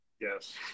Yes